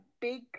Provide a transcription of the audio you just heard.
big